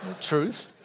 Truth